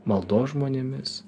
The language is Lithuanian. maldos žmonėmis